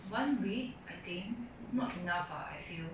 one week I think not enough uh I feel